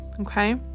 Okay